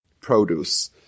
produce